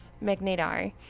Magneto